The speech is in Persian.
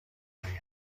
هایی